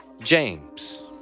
James